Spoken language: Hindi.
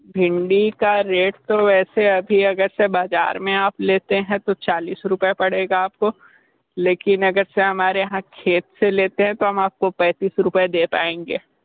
भिंडी का रेट तो वैसे अभी अगर से बाज़ार में आप लेते हैं तो चालिस रुपये पड़ेगा आपको लेकिन अगर से हमारे यहाँ खेत से लेते हैं तो हम आपको पैंतीस रुपये दे पाएंगे